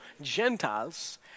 Gentiles